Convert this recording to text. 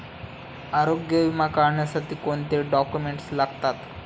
आरोग्य विमा काढण्यासाठी कोणते डॉक्युमेंट्स लागतात?